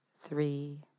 Three